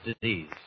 disease